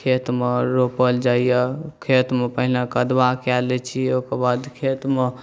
खेतमे रोपल जाइए खेतमे पहिले कदवा कऽ लै छी ओहिके बाद खेतमे